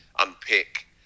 unpick